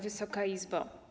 Wysoka Izbo!